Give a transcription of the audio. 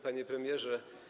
Panie Premierze!